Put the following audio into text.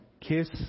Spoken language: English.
Kiss